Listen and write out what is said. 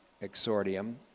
exordium